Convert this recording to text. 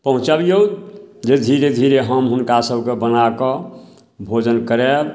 पहुँचबिऔ जे धीरे धीरे हम हुनकासभके बनाकऽ भोजन कराएब